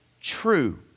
true